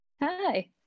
Hi